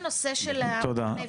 תודה,